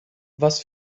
was